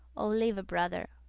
o leve brother,